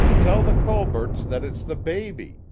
tell the colberts that it's the baby!